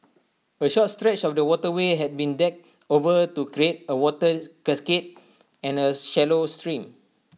A short stretch of the waterway has been decked over to create A water cascade and A shallow stream